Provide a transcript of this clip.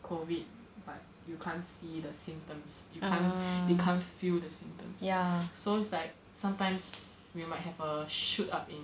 COVID but you can't see the symptoms you can't you can't feel the symptoms so it's like sometimes we might have a shoot up in